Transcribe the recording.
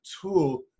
tool